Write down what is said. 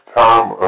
time